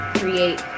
create